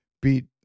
beat